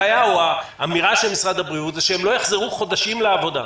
הנחיה או אמירה של משרד הבריאות היא שהם לא יחזרו חודשים לעבודה.